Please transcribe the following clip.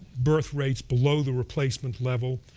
birth rates below the replacement level.